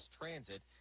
transit